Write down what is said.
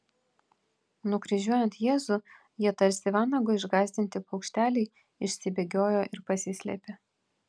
nukryžiuojant jėzų jie tarsi vanago išgąsdinti paukšteliai išsibėgiojo ir pasislėpė